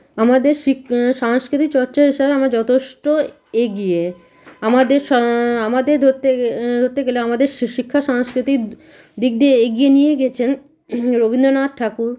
আমাদের শিখ সংস্কৃতি চর্চা হিসাবে আমরা যথেষ্ট এগিয়ে আমাদের স আমাদের ধরতে ধরতে গেলে শিক্ষা সংস্কৃতির দিক দিয়ে এগিয়ে নিয়ে গেছেন রবীন্দনাথ ঠাকুর